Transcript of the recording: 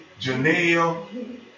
Janelle